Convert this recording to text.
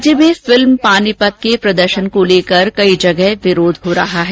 प्रदेश में फिल्म पानीपत के प्रदर्शन को लेकर कई जगह विरोध हो रहा है